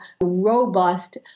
robust